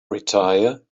retire